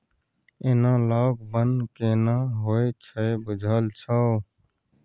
Analogue बन्न केना होए छै बुझल छौ?